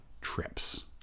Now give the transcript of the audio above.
trips